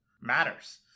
matters